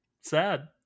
sad